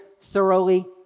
thoroughly